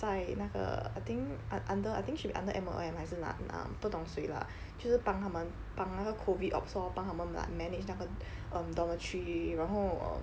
在那个 I think un~ under I think should be under M_O_M 还是那那不懂谁 lah 就是帮他们帮那个 COVID ops lor 帮他们 like manage 那个 um dormitory 然后